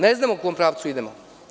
Ne znamo u kom pravcu idemo.